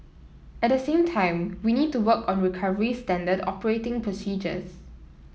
at the same time we need to work on recovery standard operating procedures